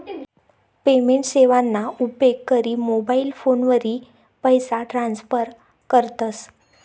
payment सेवाना उपेग करी मोबाईल फोनवरी पैसा ट्रान्स्फर करतस